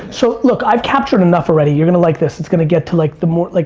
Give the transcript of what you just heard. so, look, i've captured enough already, you're gonna like this, it's gonna get to like the more, like